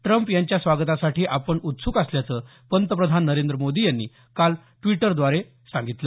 Trump यांच्या स्वागतासाठी आपण उत्स्क असल्याचं पंतप्रधान नरेंद्र मोदी यांनी काल ट्विट संदेशाद्वारे सांगितलं